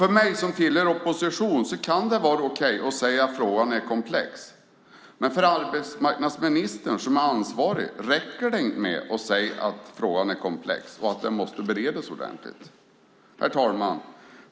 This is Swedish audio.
För mig som tillhör oppositionen kan det vara okej att säga att frågan är komplex, men för arbetsmarknadsministern som är ansvarig räcker det inte med att säga att frågan är komplex och att den måste beredas ordentligt. Herr talman!